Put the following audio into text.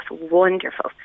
wonderful